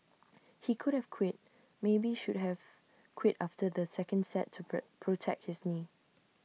he could have quit maybe should have quit after the second set to pro protect his knee